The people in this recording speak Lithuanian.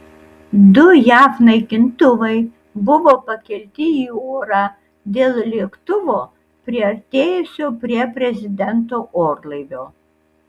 du jav naikintuvai buvo pakelti į orą dėl lėktuvo priartėjusio prie prezidento orlaivio